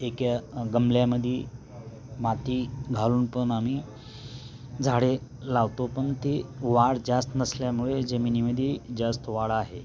एक्या गमल्यामध्ये माती घालून पण आम्ही झाडे लावतो पण ते वाढ जास्त नसल्यामुळे जमिनीमध्ये जास्त वाढ आहे